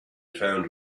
found